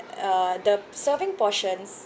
uh the serving portions